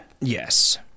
Yes